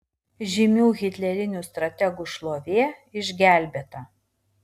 žymių hitlerinių strategų šlovė išgelbėta